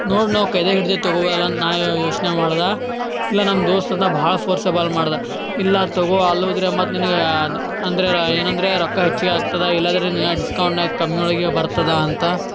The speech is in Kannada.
ನೋಡಿ ತಗೊಬೋದಲ್ಲ ಅಂತ ನಾ ಯೋಚನೆ ಮಾಡ್ದೆ ಇಲ್ಲ ನಮ್ಮ ದೋಸ್ತ ಅಂದ ಭಾಳ ಫೋರ್ಸೇಬಲ್ ಮಾಡಿದ ಇಲ್ಲ ತಗೋ ಅಲ್ಲೋದರೆ ಮತ್ತು ನಿನಗೆ ಅದು ಅಂದರೆ ರಾ ಏನಂದರೆ ರೊಕ್ಕ ಹೆಚ್ಚಿಗೆ ಆಗ್ತದೆ ಇಲ್ಲಾದರೆ ನಿನಗೆ ಡಿಸ್ಕೌಂಟ್ನಾಗ ಕಮ್ಮಿಯೊಳಗೆ ಬರ್ತದೆ ಅಂತ